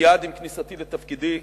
מייד עם כניסתי לתפקידי